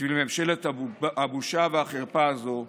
בשביל ממשלת הבושה והחרפה הזאת,